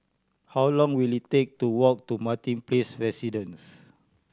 how long will it take to walk to Martin Place Residences